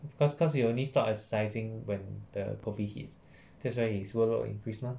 because because he only stopped exercising when the COVID hits that's when his workload increase mah